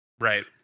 Right